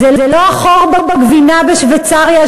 זה לא החור בגבינה בשוויצריה,